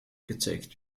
gezeigt